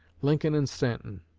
lincoln and stanton.